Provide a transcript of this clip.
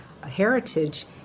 heritage